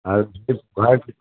আৰু